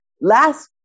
last